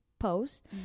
post